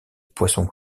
poisson